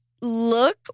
look